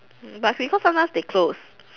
but because sometimes they close